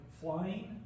flying